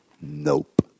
Nope